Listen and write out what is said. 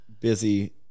busy